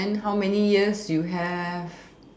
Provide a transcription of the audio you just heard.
then how many years you have